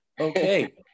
okay